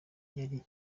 yari